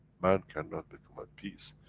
man cannot become a peace,